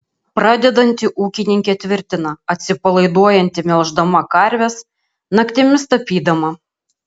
pradedanti ūkininkė tvirtina atsipalaiduojanti melždama karves naktimis tapydama